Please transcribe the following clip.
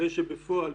הרי שבפועל,